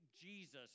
Jesus